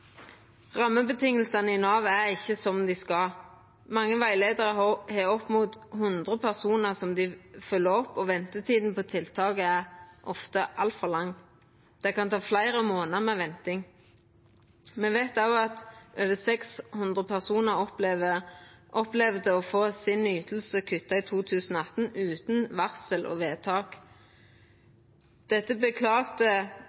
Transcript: i Nav er ikkje som dei skal. Mange rettleiarar har opp mot 100 personar å følgja opp, og ventetida for tiltak er ofte altfor lang. Det kan vera fleire månader med venting. Me veit òg at over 600 personar opplevde å få ytinga si kutta i 2018, utan varsel og